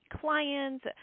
clients